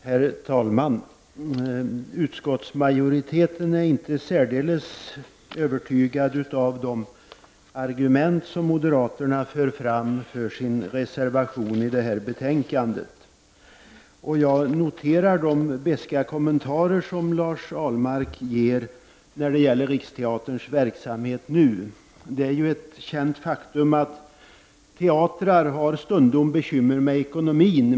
Herr talman! Utskottsmajoriteten är inte särdeles övertygad av de argument som moderaterna för fram för sin reservation i det här betänkandet. Jag noterar de beska kommenterar som Lars Ahlmark gör när det gäller Riksteaterns nuvarande verksamhet. Det är ju ett känt faktum att teatrar stundom har bekymmer med ekonomin.